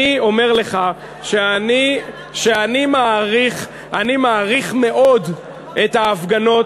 אני אומר לך שאני מעריך מאוד את ההפגנות,